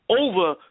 over